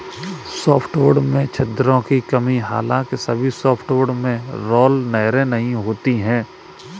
softwood में छिद्रों की कमी हालांकि सभी सॉफ्टवुड में राल नहरें नहीं होती है